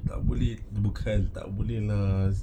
tak boleh menukar tak boleh lah